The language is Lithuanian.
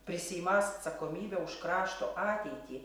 prisiimąs atsakomybę už krašto ateitį